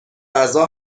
غذا